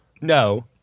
No